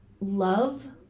love